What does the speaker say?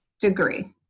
degree